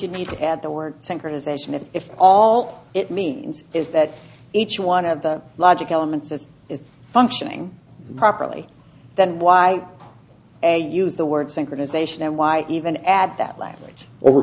you need to add the word synchronization if all it means is that each one of the logic elements of is functioning properly then why use the word synchronization and why even add that l